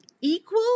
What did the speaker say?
Equal